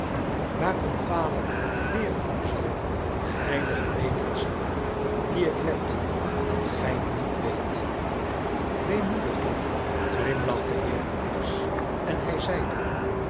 waar omfale leeren u zal de heilige wetenschap die ik wed dat gij niet weet weemoediglijk glimlachte herakles en hij zeide